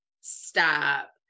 stop